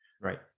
Right